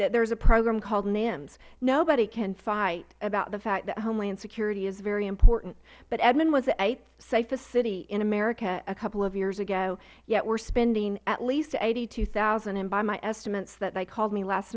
that there is a program called nims nobody can fight about the fact that homeland security is very important but edmond was the eighth safest city in america a couple of years ago yet we are spending at least eighty two thousand and by my estimates that they called me last